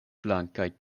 blankaj